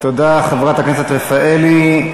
חברת הכנסת רפאלי.